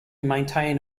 maintain